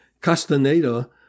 Castaneda